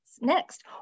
next